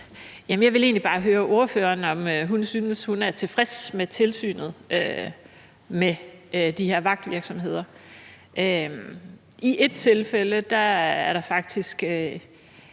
Jeg vil egentlig bare høre ordføreren, om hun synes, hun er tilfreds med tilsynet med de her vagtvirksomheder. I et tilfælde er der faktisk